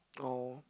oh